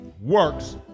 works